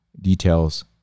Details